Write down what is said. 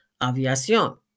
Aviación